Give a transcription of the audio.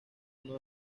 uno